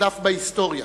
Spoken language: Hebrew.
לדף בהיסטוריה,